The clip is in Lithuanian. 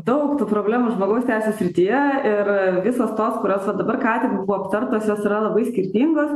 daug tų problemų žmogaus teisių srityje ir visos tos kurios va dabar ką tik buvo aptartos jos yra labai skirtingos